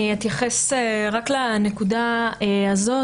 אני אתייחס רק לנקודה הזאת.